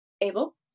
able